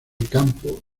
campo